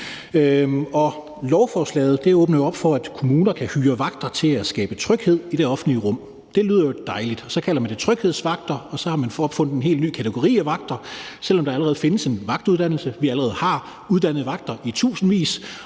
Lovforslaget åbner op for, at kommuner kan hyre vagter til at skabe tryghed i det offentlige rum, og det lyder jo dejligt. Så kalder man det tryghedsvagter, og så har man opfundet en helt ny kategori af vagter, selv om der allerede findes en vagtuddannelse og vi allerede har uddannede vagter i tusindvis,